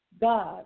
God